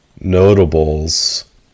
Notables